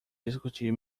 discutir